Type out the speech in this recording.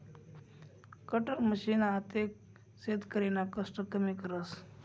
cutter machine आते शेतकरीना कष्ट कमी करस